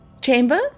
Chamber